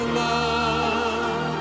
love